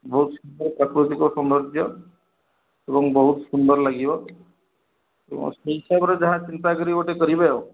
ବହୁତ ସୁନ୍ଦର ପ୍ରାକୃତିକ ସୌନ୍ଦର୍ଯ୍ୟ ଏବଂ ବହୁତ ସୁନ୍ଦର ଲାଗିବ ଏବଂ ସେହି ହିସାବରେ ଯାହା ଚିନ୍ତା କରି ଗୋଟିଏ କରିବେ ଆଉ